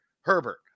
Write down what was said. Herbert